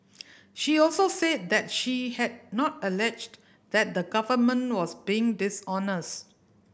she also said that she had not alleged that the Government was being dishonest